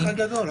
האח הגדול.